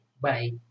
bye